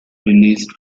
released